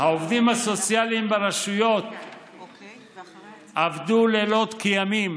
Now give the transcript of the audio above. העובדים הסוציאליים ברשויות עבדו לילות כימים